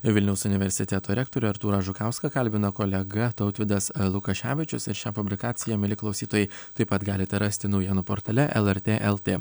vilniaus universiteto rektorių artūrą žukauską kalbina kolega tautvydas lukaševičius ir šią publikaciją mieli klausytojai taip pat galite rasti naujienų portale lrt lt